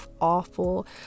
awful